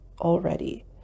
already